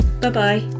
Bye-bye